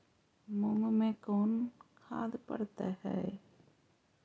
मुंग मे कोन खाद पड़तै है?